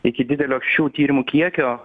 iki didelio šių tyrimų kiekio